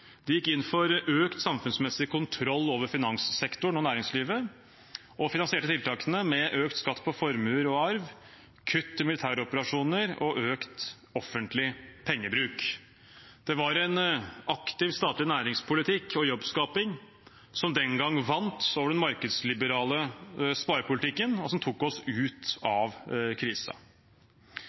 De gikk inn for økt samfunnsmessig kontroll over finanssektoren og næringslivet og finansierte tiltakene med økt skatt på formue og arv, kutt i militæroperasjoner og økt offentlig pengebruk. Det var en aktiv statlig næringspolitikk og jobbskaping som den gang vant over den markedsliberale sparepolitikken, og som tok oss ut av